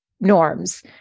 norms